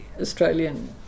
australian